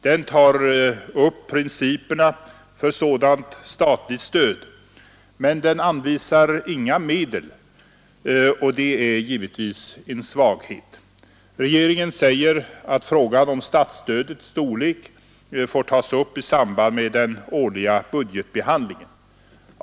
Den tar upp principerna för sådant statligt stöd. Men den anvisar inga medel, och det är givetvis en svaghet. Regeringen säger att frågan om statsstödets storlek får tas upp i samband med den årliga budgetbehandlingen.